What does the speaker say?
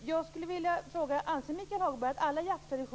Jag skulle vilja ställa ytterligare en fråga till Michael Hagberg.